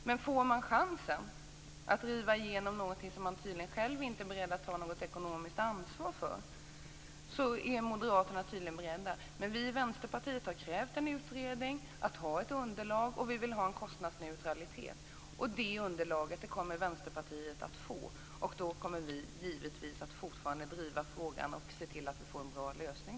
Om moderaterna får chansen att driva igenom någonting som de själva inte vill ta något ekonomiskt ansvar för är de tydligen beredda att göra det. Vi i Vänsterpartiet har krävt en utredning för att få ett underlag, och vi vill ha en kostnadsneutralitet. Det underlaget kommer Vänsterpartiet att få, och då kommer vi givetvis att fortsätta att driva frågan och se till att få en bra lösning.